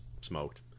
smoked